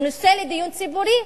הוא נושא לדיון ציבורי.